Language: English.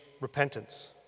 repentance